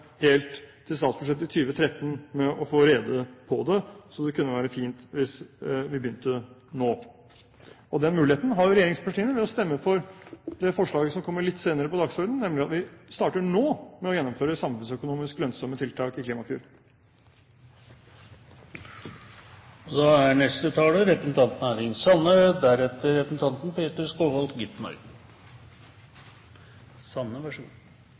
helt til statsbudsjettet i 2013 med å få rede på det, så det kunne være fint hvis vi begynte nå. Den muligheten har regjeringspartiene ved å stemme for det forslaget som kommer litt senere på dagsordenen – nemlig at vi starter nå med å gjennomføre samfunnsøkonomisk lønnsomme tiltak i Klimakur. Det er